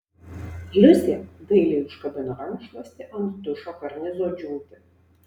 liusė dailiai užkabino rankšluostį ant dušo karnizo džiūti